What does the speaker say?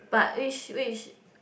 but which which